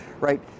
right